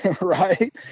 right